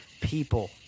people